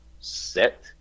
set